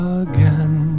again